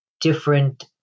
different